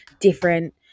different